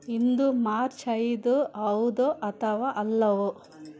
ಇಂದು March ಐದು ಹೌದೊ ಅಥವಾ ಅಲ್ಲವೊ